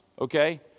okay